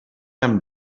amb